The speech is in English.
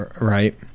Right